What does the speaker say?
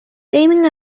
teaming